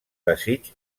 desig